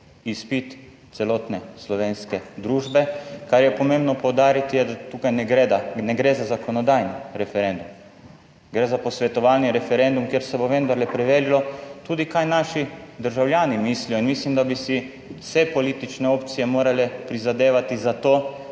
izpit celotne slovenske družbe. Kar je pomembno poudariti, je, da tukaj ne gre za zakonodajni referendum, gre za posvetovalni referendum kjer se bo vendarle preverilo tudi kaj naši državljani mislijo in mislim, da bi si vse politične opcije morale prizadevati za to,